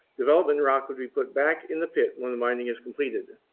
development rock would be put back in the pit when the mining is completed.